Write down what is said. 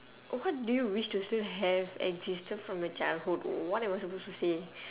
oh what do you wish to still have existed from your childhood what am I supposed to say